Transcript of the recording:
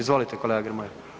Izvolite kolega Grmoja.